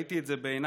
ראיתי את זה בעיניי,